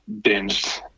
binged